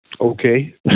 okay